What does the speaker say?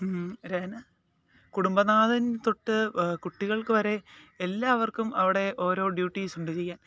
കുടുംബനാഥൻ തൊട്ട് കുട്ടികൾക്ക് വരെ എല്ലാവർക്കും അവിടെ ഓരോ ഡ്യൂട്ടീസുണ്ട് ചെയ്യാൻ